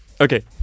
Okay